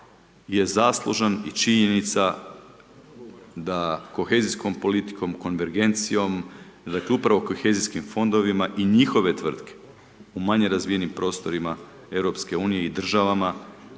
je zaslužan i činjenica da kohezijskom politikom, konvergencijom, dakle upravo kohezijskim fondovima i njihove tvrtke u manje razvijenim prostorima Europske unije i državama